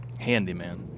Handyman